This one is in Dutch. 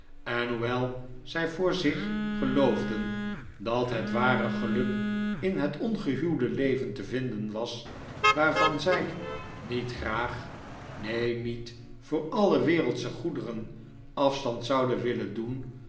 en hoewel zij voor zich geloofden dat het ware geluk in het ongehuwde leven te vinden was waarvan zij niet graag neen niet voor alle wereldsche goederen afstand zouden willen doen